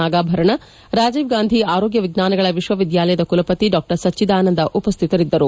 ನಾಗಾಭರಣ ರಾಜೀವ್ ಗಾಂಧಿ ಆರೋಗ್ಯ ವಿಜ್ಞಾನಗಳ ವಿಶ್ವವಿದ್ಯಾಲಯದ ಕುಲಪತಿ ಡಾಕ್ವರ್ ಸಚ್ಚಿದಾನಂದ ಉಪಸ್ಥಿತರಿದ್ದರು